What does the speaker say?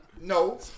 No